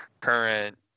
current